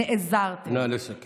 נעזרתם, נא לסכם.